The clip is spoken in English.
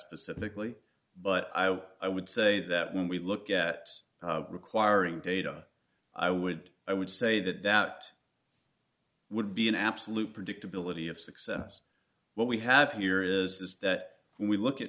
specifically but i would say that when we look at requiring data i would i would say that that would be an absolute predictability of success what we have here is that when we look at